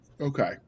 Okay